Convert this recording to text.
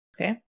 Okay